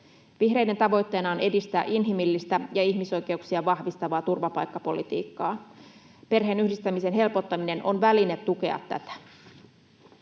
Vihreiden tavoitteena on edistää inhimillistä ja ihmisoikeuksia vahvistavaa turvapaikkapolitiikkaa. Perheenyhdistämisen helpottaminen on väline tukea tätä.